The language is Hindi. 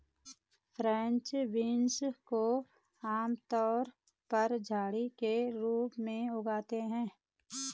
फ्रेंच बीन्स को आमतौर पर झड़ी के रूप में उगाते है